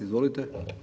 Izvolite.